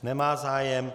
Nemá zájem.